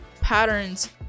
patterns